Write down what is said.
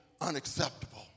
unacceptable